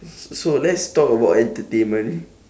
s~ so let's talk about entertainment